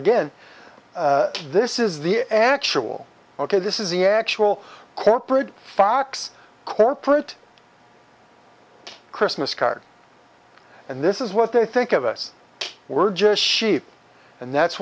again this is the actual ok this is the actual corporate fox corporate christmas card and this is what they think of us we're just sheep and that's